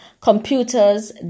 computers